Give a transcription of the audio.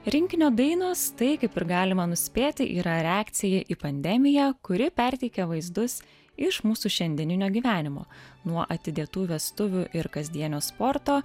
rinkinio dainos tai kaip ir galima nuspėti yra reakcija į pandemiją kuri perteikia vaizdus iš mūsų šiandieninio gyvenimo nuo atidėtų vestuvių ir kasdienio sporto